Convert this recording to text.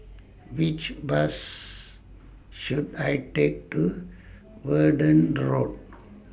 Which Bus should I Take to Verdun Road